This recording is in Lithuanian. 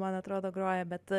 man atrodo groja bet